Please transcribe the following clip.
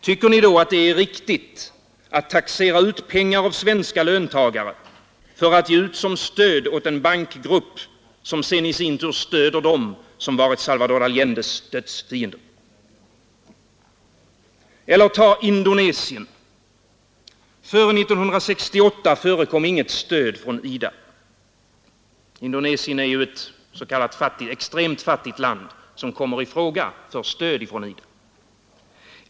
Tycker ni då att det är riktigt att taxera ut pengar av svenska löntagare för att ge ut som stöd åt en bankgrupp, som i sin tur stöder dem som varit Salvador Allendes dödsfiender? Eller ta Indonesien. Före 1968 förekom inget stöd från IDA. Indonesien är ju ett s.k. extremt fattigt land, som kommer i fråga för stöd från IDA.